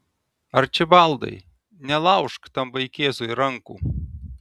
arčibaldai nelaužk tam vaikėzui rankų